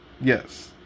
Yes